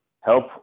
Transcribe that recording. help